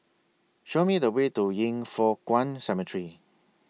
Show Me The Way to Yin Foh Kuan Cemetery